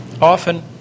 Often